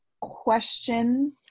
question